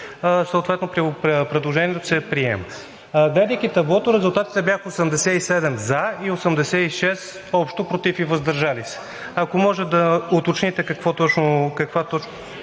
съответно предложението се приема. Гледайки таблото, резултатите бяха 87 за и общо 86 против и въздържали се. Ако може да уточните, каква точно…